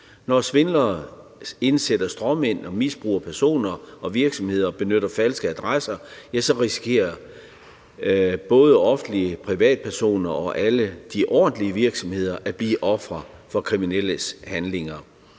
Når svindlere indsætter stråmænd og misbruger personer, og når virksomheder benytter falske adresser, så risikerer både det offentlige, privatpersoner og alle de ordentlige virksomheder at blive ofre for kriminelles handlinger.